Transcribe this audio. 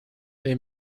they